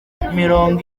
mirongo